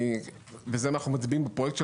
ועל זה אנחנו מצביעים בפרויקט שלנו,